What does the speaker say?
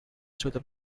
through